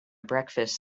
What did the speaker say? breakfast